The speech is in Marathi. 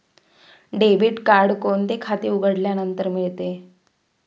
डेबिट कार्ड कोणते खाते उघडल्यानंतर मिळते?